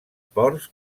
ports